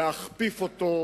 להכפיף אותו,